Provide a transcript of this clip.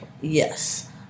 Yes